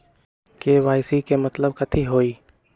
KYC के मतलब कथी होई?